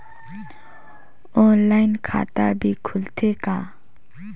Online खाता भी खुलथे का?